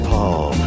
Paul